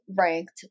ranked